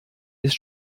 ist